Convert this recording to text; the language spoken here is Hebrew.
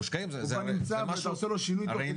מושקעים זה משהו --- הוא כבר נמצא ואתה עושה לו שינוי תוך כדי.